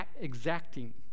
exacting